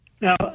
Now